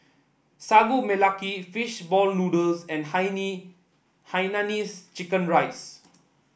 Sagu Melaka fish ball noodles and Hainanese Chicken Rice